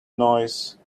noise